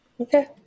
Okay